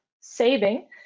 Saving